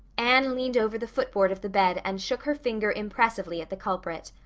anne leaned over the footboard of the bed and shook her finger impressively at the culprit.